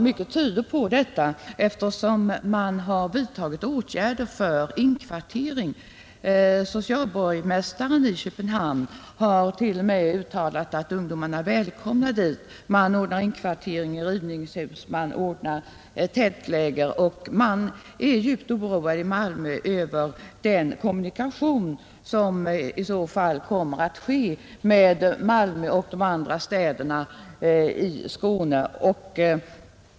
Mycket tyder på att Köpenhamn kommer att bli centrum för dessa ungdomar: socialborgmästaren i Köpenhamn har till och med uttalat att ungdomarna är välkomna dit, det har vidtagits åtgärder för inkvartering i rivningshus och det ordnas tältläger. I Malmö är man djupt oroad över den kommunikation som i så fall kommer att ske med Malmö och de andra städerna i Skåne.